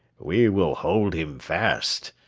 we will hold him fast!